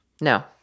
No